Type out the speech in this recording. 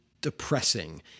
depressing